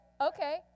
okay